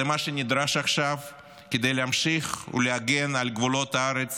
זה מה שנדרש עכשיו כדי להמשיך ולהגן על גבולות הארץ